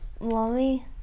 Mommy